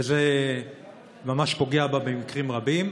וזה ממש פוגע בה במקרים רבים.